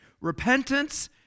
repentance